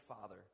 Father